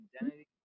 identity